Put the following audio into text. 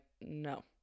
no